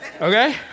Okay